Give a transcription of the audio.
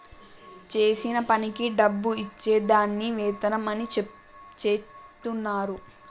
చేసిన పనికి డబ్బు ఇచ్చే దాన్ని వేతనం అని చెచెప్తున్నరు